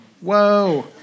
Whoa